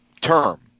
term